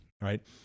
Right